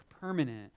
permanent